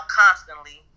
constantly